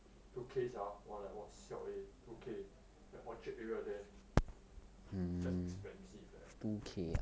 two K sia !wah! like what siao eh two K the orchard area there that's expensive leh